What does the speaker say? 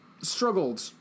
struggled